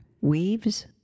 Weaves